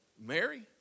Mary